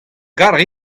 gallout